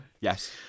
yes